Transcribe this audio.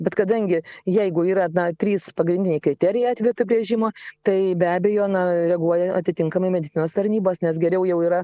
bet kadangi jeigu yra na trys pagrindiniai kriterijai atvejų apibrėžimo tai be abejo na reaguoja atitinkamai medicinos tarnybos nes geriau jau yra